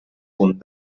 punt